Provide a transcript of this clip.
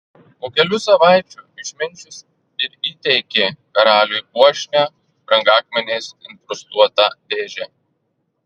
po kelių savaičių išminčius ir įteikė karaliui puošnią brangakmeniais inkrustuotą dėžę